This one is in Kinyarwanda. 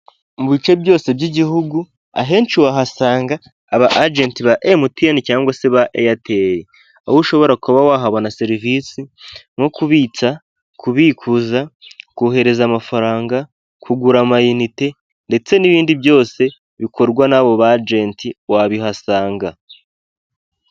Mu bice byose by'igihugu ahenshi wahasanga aba ajenti ba emutiyeni cyangwa se ba eyateri ,aho ushobora kuba wahabona serivisi nko kubitsa, kubikuza, kohereza amafaranga, kugura amayinite ndetse n'ibindi byose bikorwa n'abo bajenti wabihasanga.